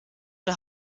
der